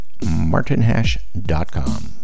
martinhash.com